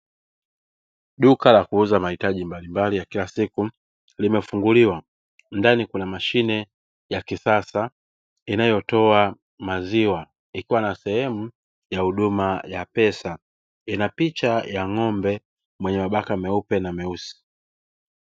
Duka la kuuza mahitaji mbalimbali ya kila siku limefunguliwa ndani kuna mashine ya kisasa inayotoa maziwa ikiwa na sehemu ya huduma ya pesa ina picha ya ng'ombe mwenye mabaka meupe na meusi